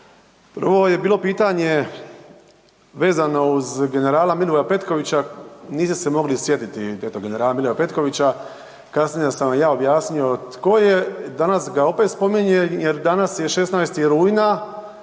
Prvo je bilo pitanje vezano uz generala Milivoja Petkovića, niste se mogli sjetiti tog generala Milivoja Petkovića, kasnije sam vam ja objasnio tko je, danas ga opet spominjem jer danas je 16. rujna,